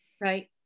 Right